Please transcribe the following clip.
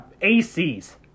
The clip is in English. AC's